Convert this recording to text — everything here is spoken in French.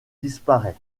disparaît